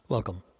Welcome